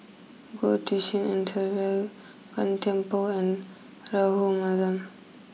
Goh Tshin En Sylvia Gan Thiam Poh and Rahayu Mahzam